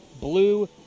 Blue